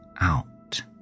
out